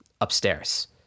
Upstairs